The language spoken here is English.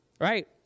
Right